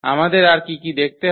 আমাদের আর কী কী দেখতে হবে